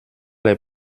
les